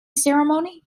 ceremony